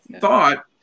thought